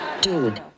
Dude